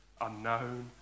unknown